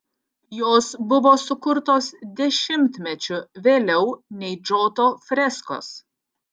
jos buvo sukurtos dešimtmečiu vėliau nei džoto freskos